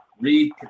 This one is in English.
read